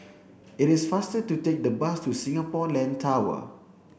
it is faster to take the bus to Singapore Land Tower